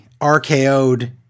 RKO'd